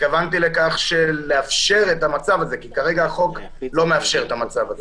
התכוונתי לאפשר את המצב הזה כי כרגע החוק לא מאפשר את המצב הזה.